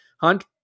hunt